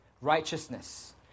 righteousness